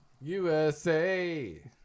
USA